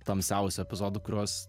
tamsiausių epizodų kuriuos